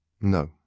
no